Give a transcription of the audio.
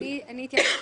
אני אתייחס שוב.